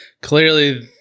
clearly